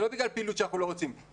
זה לא בגלל פעילות שאנחנו לא רוצים.